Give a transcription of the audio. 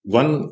one